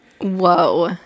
Whoa